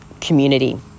community